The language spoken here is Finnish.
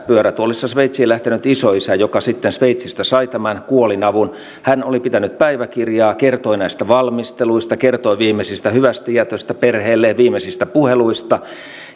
pyörätuolissa sveitsiin lähtenyt isoisä joka sitten sveitsistä sai tämän kuolinavun hän oli pitänyt päiväkirjaa kertoi näistä valmisteluista kertoi viimeisestä hyvästijätöstä perheelleen viimeisistä puheluista